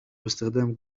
باستخدام